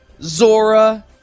Zora